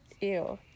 Ew